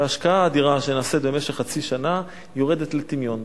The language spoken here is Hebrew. וההשקעה האדירה שנעשית במשך חצי שנה יורדת לטמיון.